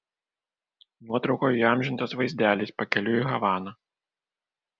nuotraukoje įamžintas vaizdelis pakeliui į havaną